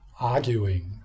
arguing